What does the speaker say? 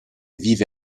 vive